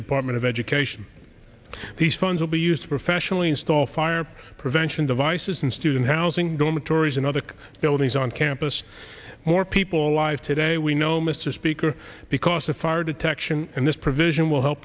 department of education these funds will be used to professionally install fire prevention devices in student housing dormitories and other buildings on campus more people alive today we know mr speaker because a fire detection and this provision will help